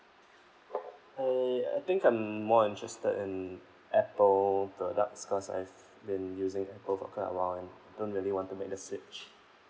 eh I think I'm more interested in apple products cause I've been using apple for quite a while and don't really want to make a switch